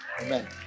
Amen